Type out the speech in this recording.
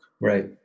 Right